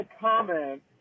comment